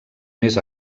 més